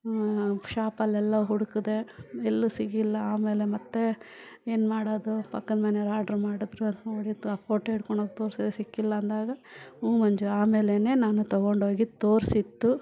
ಶಾಪಲ್ಲೆಲ್ಲ ಹುಡ್ಕಿದೆ ಎಲ್ಲೂ ಸಿಗಿಲ್ಲ ಆಮೇಲೆ ಮತ್ತು ಏನುಮಾಡೋದು ಪಕ್ಕದ ಮನೆಯವ್ರ್ ಆರ್ಡ್ರ್ ಮಾಡಿದ್ರು ಅದು ನೋಡಿತು ಆ ಫೋಟೋ ಹಿಡ್ಕೊಂಡೋಗಿ ತೋರಿಸಿದೆ ಸಿಕ್ಕಿಲ್ಲ ಅಂದಾಗ ಹ್ಞೂ ಮಂಜು ಆಮೇಲೆ ನಾನು ತಗೊಂಡೋಗಿ ತೋರಿಸಿದ್ದು